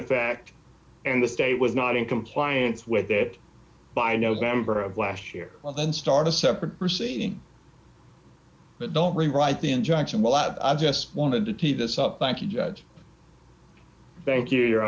effect and the state was not in compliance with that by november of last year well then start a separate proceeding but don't rewrite the injunction well i've just wanted to keep this up thank you judge thank you your